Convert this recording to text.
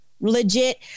legit